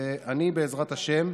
ואני, בעזרת השם,